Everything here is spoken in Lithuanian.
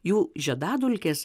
jų žiedadulkės